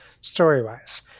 story-wise